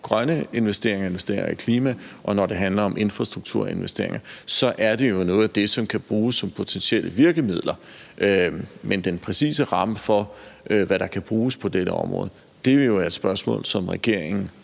grønne investeringer, investeringer i klima, og når det handler om infrastrukturinvesteringer, så er det jo noget af det, som kan bruges som potentielle virkemidler. Men den præcise ramme for, hvad der kan bruges på dette område, vil jo være et spørgsmål, som regeringen